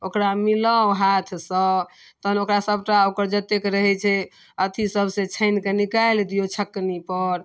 ओकरा मिलाउ हाथसँ तहन ओकरा सबटा ओकर जतेक रहै छै अथीसब से छानिकऽ निकालि दिऔ छकनीपर